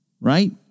Right